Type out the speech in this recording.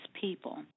people